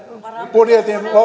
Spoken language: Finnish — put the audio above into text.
budjetin